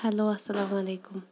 hello السلام عیلکُم